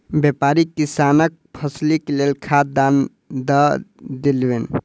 व्यापारी किसानक फसीलक लेल खाद दान दअ देलैन